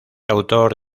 autor